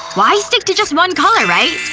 why stick to just one color, right?